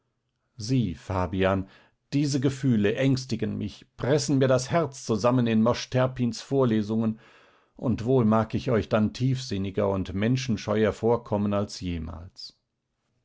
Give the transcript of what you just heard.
sieh fabian diese gefühle ängstigen mich pressen mir das herz zusammen in mosch terpins vorlesungen und wohl mag ich euch dann tiefsinniger und menschenscheuer vorkommen als jemals